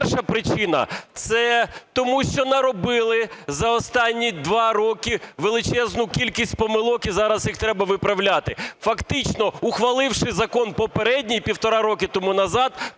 Перша причина – це тому, що наробили за останні 2 роки величезну кількість помилок і зараз їх треба виправляти. Фактично, ухваливши закон попередній півтора роки тому назад